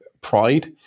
pride